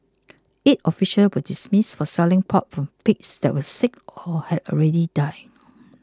eight officials were dismissed for selling pork from pigs that were sick or had already died